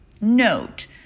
Note